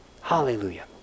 Hallelujah